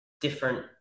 different